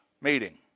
meeting